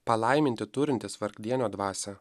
palaiminti turintys vargdienio dvasią